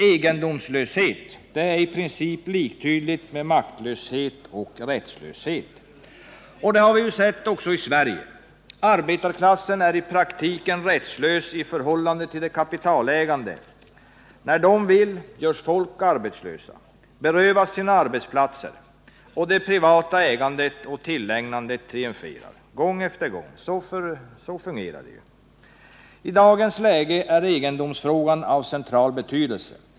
Egendomslöshet är i princip liktydig med maktlöshet och rättslöshet. Det har vi ju sett också i Sverige. Arbetarklassen är i praktiken rättslös i förhållande till de kapitalägande. När de vill, görs folk arbetslösa — berövas sina arbetsplatser. Det privata ägandet och tillägnandet triumferar. Gång på gång. Så fungerar det ju. I dagens läge är egendomsfrågan av central betydelse.